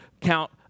count